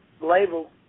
label